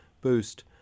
boost